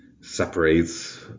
separates